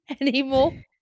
anymore